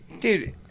Dude